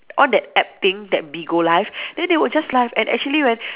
on that app thing that Bigo live then they will just live and actually when